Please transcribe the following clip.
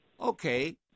okay